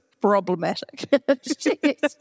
problematic